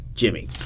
Jimmy